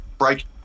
Break